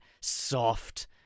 soft